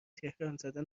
تهرانزده